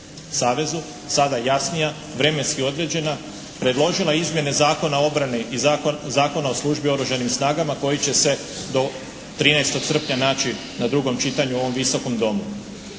savezu sada jasnija, vremenski određena, predložila izmjene Zakona o obrani i Zakona o službi u Oružanim snagama koji će se do 13. srpnja naći na drugom čitanju u ovom Visokom domu.